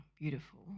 beautiful